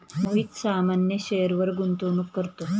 मोहित सामान्य शेअरवर गुंतवणूक करतो